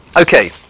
Okay